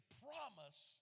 promise